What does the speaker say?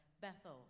Bethel